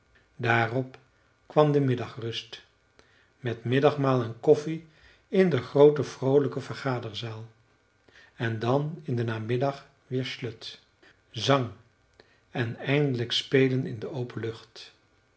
daarop kwam de middagrust met middagmaal en koffie in de groote vroolijke vergaderzaal en dan in den namiddag weer slöjd zang en eindelijk spelen in de open lucht